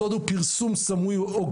הסוד הוא פרסום סמוי או גלוי.